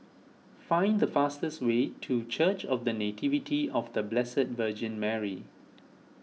find the fastest way to Church of the Nativity of the Blessed Virgin Mary